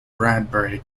bradbury